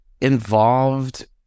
involved